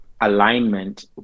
alignment